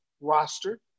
roster